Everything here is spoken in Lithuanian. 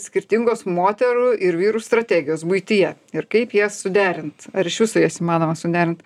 skirtingos moterų ir vyrų strategijos buityje ir kaip jas suderint ar iš viso jas įmanoma suderint